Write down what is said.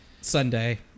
Sunday